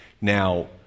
Now